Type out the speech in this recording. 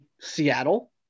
Seattle